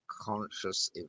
conscious